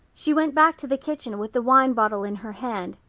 she went back to the kitchen with the wine bottle in her hand.